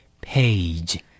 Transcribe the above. page